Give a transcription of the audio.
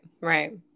right